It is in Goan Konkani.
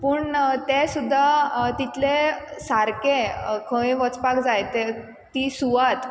पूण तें सुद्दां तितलें सारकें खंय वचपाक जाय तें ती सुवात